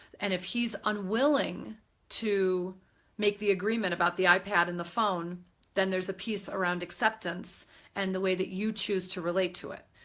and if he's unwilling to make the agreement about the ipad and the phone then there's a piece around acceptance and the way that you choose to relate to it.